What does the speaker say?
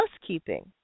housekeeping